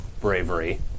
bravery